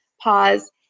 pause